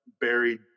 buried